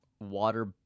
Water